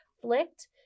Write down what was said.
flicked